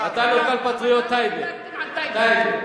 אתה לוקל-פטריוט של טייבה.